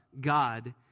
God